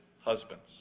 husbands